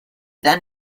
then